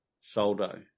Soldo